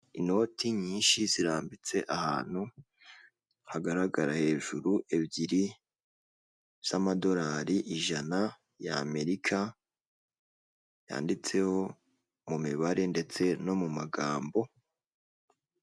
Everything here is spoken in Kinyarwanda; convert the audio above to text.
Inoti nyinshi zirambitse ahantu hagaragara hejuru ebyiri z'amadolari ijana ya Amerika yanditseho mu mibare ndetse no mu magambo.